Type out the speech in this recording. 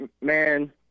man